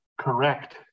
correct